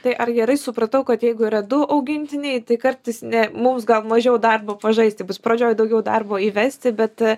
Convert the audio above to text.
tai ar gerai supratau kad jeigu yra du augintiniai tai kartais ne mums gal mažiau darbo pažaisti bus pradžioj daugiau darbo įvesti bet